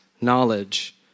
knowledge